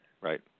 Right